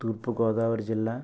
తూర్పుగోదావరి జిల్లా